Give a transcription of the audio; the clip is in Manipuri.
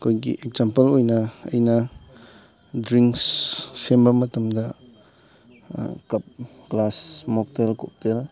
ꯑꯩꯈꯣꯏꯒꯤ ꯑꯦꯛꯖꯥꯝꯄꯜ ꯑꯣꯏꯅ ꯑꯩꯅ ꯗ꯭ꯔꯤꯡꯁ ꯁꯦꯝꯕ ꯃꯇꯝꯗ ꯀꯞ ꯒ꯭ꯂꯥꯁ ꯃꯣꯛꯇꯦꯜ ꯀꯣꯛꯇꯦꯜ